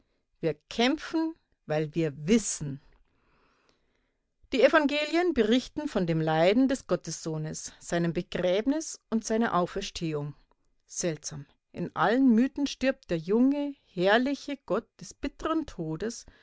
wir kämpfen weil wir wissen die evangelien berichten von dem leiden des gottessohnes seinem begräbnis und seiner auferstehung seltsam in allen mythen stirbt der junge herrliche gott des bitteren todes